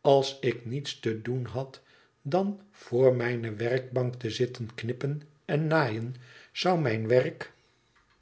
als ik niets te toen had dan voor mijne werkbank te zitten knippen en naaien zou mijn werk